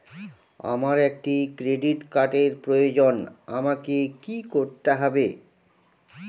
আমার একটি ক্রেডিট কার্ডের প্রয়োজন আমাকে কি করতে হবে?